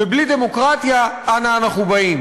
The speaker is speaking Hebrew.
ובלי דמוקרטיה אנה אנחנו באים.